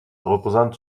représente